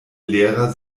lehrer